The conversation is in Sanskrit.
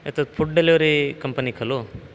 एतत् फुड् डेलिवरि कम्पनि खलु